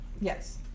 Yes